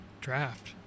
Draft